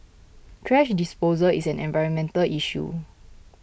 thrash disposal is an environmental issue